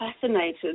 fascinated